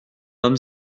homme